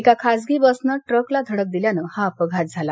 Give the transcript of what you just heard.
एका खासगी बसनं ट्रकला धडक दिल्यानं हा अपघात झाला